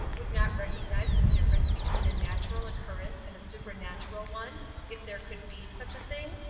would not recognize the difference between a natural occurrence and a supernatural one if there could be such a thing?